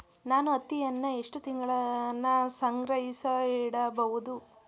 ನಾನು ಹತ್ತಿಯನ್ನ ಎಷ್ಟು ತಿಂಗಳತನ ಸಂಗ್ರಹಿಸಿಡಬಹುದು?